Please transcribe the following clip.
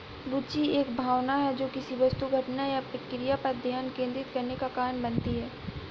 रूचि एक भावना है जो किसी वस्तु घटना या प्रक्रिया पर ध्यान केंद्रित करने का कारण बनती है